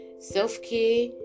Self-care